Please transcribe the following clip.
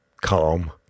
calm